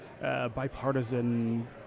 bipartisan